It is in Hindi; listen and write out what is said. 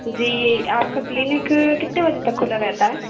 जी आपका क्लिनिक कितने बजे तक खुला रहता है